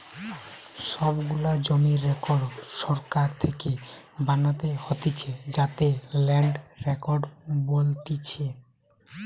সব গুলা জমির রেকর্ড সরকার থেকে বানাতে হতিছে যাকে ল্যান্ড রেকর্ড বলতিছে